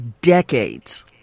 decades